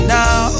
now